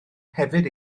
hefyd